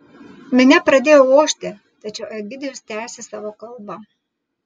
minia pradėjo ošti tačiau egidijus tęsė savo kalbą